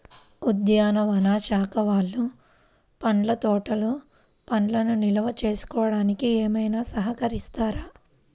ఉద్యానవన శాఖ వాళ్ళు పండ్ల తోటలు పండ్లను నిల్వ చేసుకోవడానికి ఏమైనా సహకరిస్తారా?